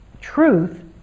truth